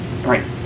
Right